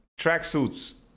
tracksuits